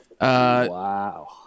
Wow